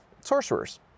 sorcerers